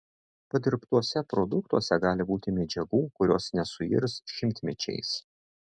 padirbtuose produktuose gali būti medžiagų kurios nesuirs šimtmečiais